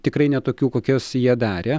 tikrai ne tokių kokias jie darė